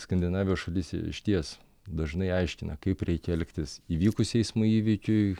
skandinavijos šalyse išties dažnai aiškina kaip reikia elgtis įvykus eismo įvykiui